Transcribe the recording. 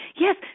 yes